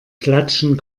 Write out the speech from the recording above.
klatschen